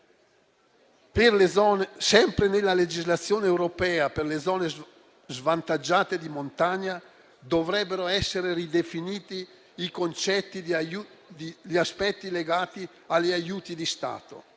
Sempre nella legislazione europea, per le zone svantaggiate di montagna dovrebbero essere ridefiniti gli aspetti legati agli aiuti di Stato,